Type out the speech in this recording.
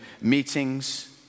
meetings